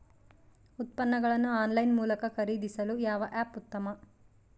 ಉತ್ಪನ್ನಗಳನ್ನು ಆನ್ಲೈನ್ ಮೂಲಕ ಖರೇದಿಸಲು ಯಾವ ಆ್ಯಪ್ ಉತ್ತಮ?